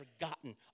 forgotten